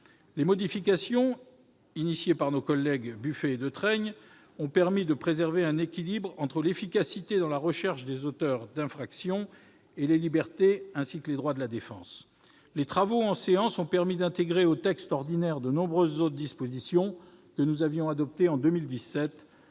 Les modifications votées sur l'initiative de nos collègues Buffet et Détraigne ont permis de préserver un équilibre entre l'efficacité dans la recherche des auteurs d'infractions, les libertés et les droits de la défense. Les travaux en séance ont permis d'ajouter au projet de loi ordinaire de nombreuses autres dispositions que nous avions adoptées en 2017,